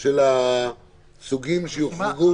של הסוגים שיוחרגו?